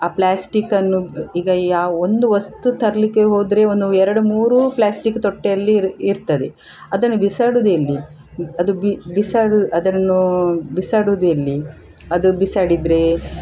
ಆ ಪ್ಲ್ಯಾಸ್ಟಿಕ್ಕನ್ನು ಈಗ ಯಾವ ಒಂದು ವಸ್ತು ತರಲಿಕ್ಕೆ ಹೋದರೆ ಒಂದು ಎರಡು ಮೂರು ಪ್ಲ್ಯಾಸ್ಟಿಕ್ ತೊಟ್ಟೆಯಲ್ಲಿ ಇರ್ತದೆ ಅದನ್ನು ಬಿಸಾಡೋದೆಲ್ಲಿ ಅದು ಬಿ ಬಿಸಾಡೋದ್ ಅದನ್ನು ಬಿಸಾಡೋದೆಲ್ಲಿ ಅದು ಬಿಸಾಡಿದ್ರೆ